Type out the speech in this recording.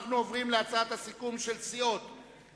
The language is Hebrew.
אנחנו עוברים להצבעה על הצעת הסיכום של סיעות קדימה,